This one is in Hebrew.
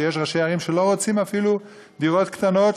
שיש ראשי ערים שלא רוצים אפילו דירות קטנות,